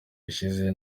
yashize